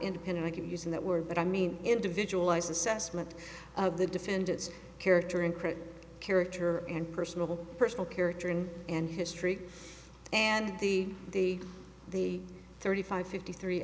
independent using that word but i mean individualized assessment of the defendant's character and create character and personal personal character and and history and the the the thirty five fifty three